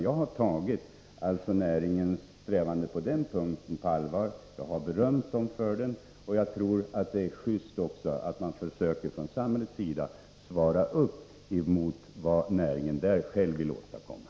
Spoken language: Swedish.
Jag har tagit näringens strävanden på den punkten på allvar och gett jordbrukarna beröm för dem. Jag tror också att det är viktigt att man från samhällets sida försöker svara upp mot vad näringen själv vill åstadkomma.